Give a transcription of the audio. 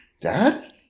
Dad